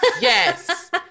Yes